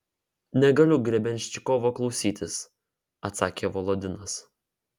negaliu grebenščikovo klausytis atsakė volodinas